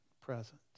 present